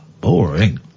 Boring